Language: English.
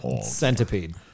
Centipede